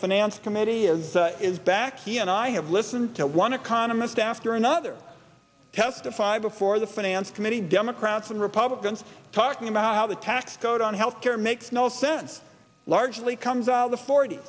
finance committee is is back here and i have listened to one economist after another testify before the finance committee democrats and republicans talking about how the tax code on health care makes no sense largely comes out of the forty